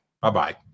Bye-bye